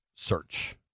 Search